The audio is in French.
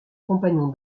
compagnon